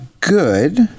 good